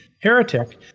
Heretic